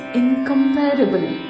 incomparable